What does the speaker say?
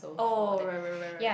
oh right right right right